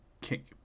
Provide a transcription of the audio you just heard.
kick